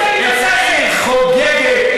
את העיר חוגגת.